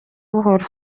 buhoro